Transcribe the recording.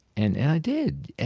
and and i did.